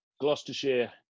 Gloucestershire